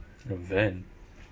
a van